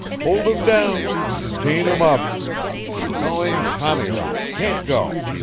hold him down chain him up going tommy-rot can't go!